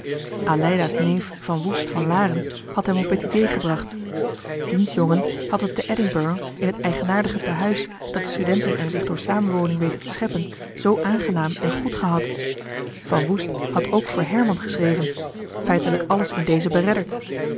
verbonden aleida's neef van woest van laren had hem op het idee gebracht diens jongen had het te edinburg in het eigenaardige tehuis dat de studenten er zich door samenwoning weten te scheppen zoo aangenaam en goed gehad van woest had ook voor herman geschreven feitelijk alles in dezen beredderd